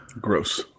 Gross